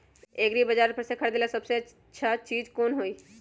एग्रिबाजार पर से खरीदे ला सबसे अच्छा चीज कोन हई?